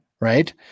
Right